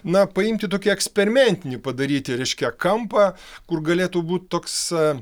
na paimti tokį eksperimentinį padaryti reiškia kampą kur galėtų būti toks